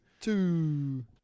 Two